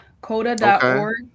CODA.org